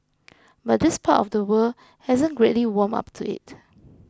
but this part of the world hasn't greatly warmed up to it